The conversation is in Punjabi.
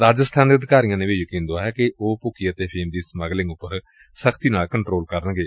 ਰਾਜਸਬਾਨ ਦੇ ਅਧਿਕਾਰੀਆਂ ਨੇ ਵੀ ਯਕੀਨ ਦੁਆਇਆ ਕਿ ਉਹ ਭੁੱਕੀ ਅਤੇ ਅਫੀਮ ਦੀ ਸਮਗਲਿੰਗ ਤੇ ਸਖ਼ਤੀ ਨਾਲ ਕੰਟਰੋਲ ਕਰਨਗੇ